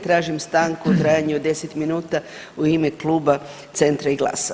Tražim stanku u trajanju od 10 minuta u ime kluba Centra i GLAS-a.